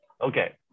Okay